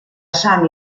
sant